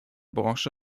branche